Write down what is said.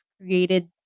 created